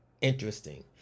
interesting